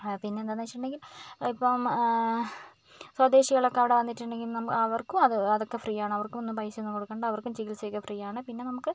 ഹാ പിന്നെന്താന്നു വെച്ചിട്ടുണ്ടെങ്കിൽ ഇപ്പം സ്വദേശികളൊക്കെ അവിടെ വന്നിട്ടുണ്ടെങ്കിൽ നമുക്ക് അവർക്കും അതൊക്കെ ഫ്രീയാണ് അവർക്കും ഒന്നും പൈസയൊന്നും കൊടുക്കണ്ട അവർക്കും ചികിത്സയൊക്കെ ഫ്രീയാണ് പിന്നെ നമുക്ക്